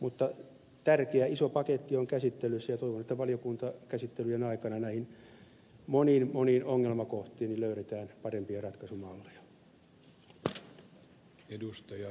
mutta tärkeä iso paketti on käsittelyssä ja toivon että valiokuntakäsittelyjen aikana näihin moniin moniin ongelmakohtiin löydetään parempia ratkaisumalleja